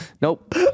nope